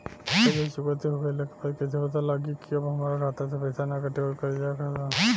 कर्जा चुकौती हो गइला के बाद कइसे पता लागी की अब हमरा खाता से पईसा ना कटी और कर्जा खत्म?